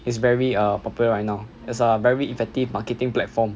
it's very err popular right now is a very effective marketing platform